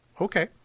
Okay